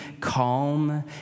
calm